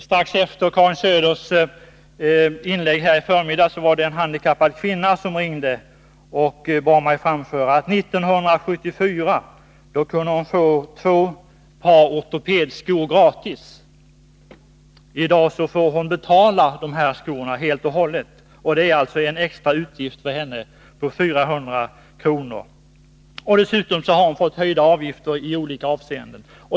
Strax efter Karin Söders inlägg i förmiddags ringde en handikappad kvinna och bad mig framföra att hon 1974 kunde få två bra ortopediska skor gratis. I dag får hon betala de skorna helt och hållet, vilket innebär en extra utgift för henne på 400 kr. Dessutom har hon fått höjda avgifter i olika avseenden.